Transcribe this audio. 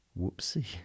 Whoopsie